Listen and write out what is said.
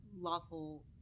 lawful